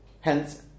Hence